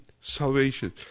salvation